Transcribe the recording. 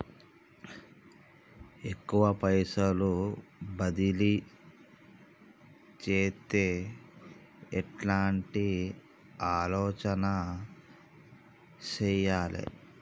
ఎక్కువ పైసలు బదిలీ చేత్తే ఎట్లాంటి ఆలోచన సేయాలి?